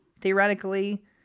theoretically